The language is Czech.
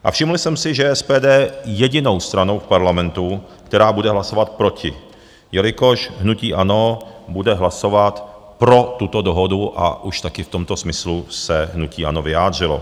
A všiml jsem si, že SPD je jedinou stranou v Parlamentu, která bude hlasovat proti, jelikož hnutí ANO bude hlasovat pro tuto dohodu,, a už také v tomto smyslu se hnutí ANO vyjádřilo.